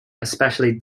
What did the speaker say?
especially